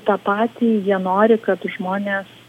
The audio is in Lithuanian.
tą patį jie nori kad žmonės